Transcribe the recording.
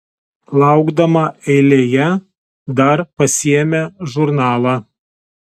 laukdama eilėje dar pasiėmė žurnalą